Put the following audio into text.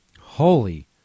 Holy